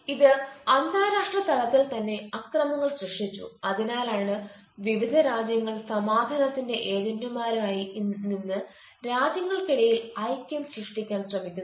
ഇത് അന്താരാഷ്ട്ര തലത്തിൽ തന്നെ അക്രമങ്ങൾ സൃഷ്ടിച്ചു അതിനാലാണ് വിവിധ രാജ്യങ്ങൾ സമാധാനത്തിന്റെ ഏജന്റുമാരായി നിന്ന് രാജ്യങ്ങൾക്കിടയിൽ ഐക്യം സൃഷ്ടിക്കാൻ ശ്രമിക്കുന്നത്